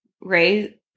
Ray